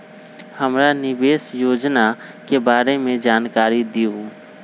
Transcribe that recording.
हमरा निवेस योजना के बारे में जानकारी दीउ?